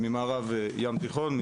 ממערב ים תיכון,